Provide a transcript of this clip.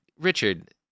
Richard